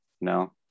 no